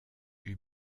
eut